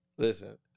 Listen